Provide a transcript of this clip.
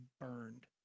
burned